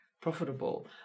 profitable